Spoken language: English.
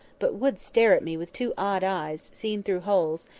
but would stare at me with two odd eyes, seen through holes,